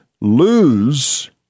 lose